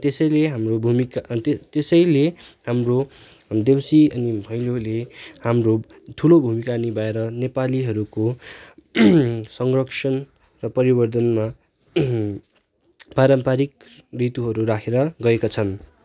त्यसैले हाम्रो भूमिका त्यसैले हाम्रो देउसी अनि भैलोले हाम्रो ठुलो भूमिका निभाएर नेपालीहरूको संरक्षण र परिवर्धनमा पारम्परिक ऋतुहरू राखेर गएका छन्